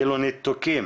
כאילו ניתוקים